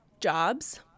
jobs